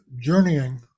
journeying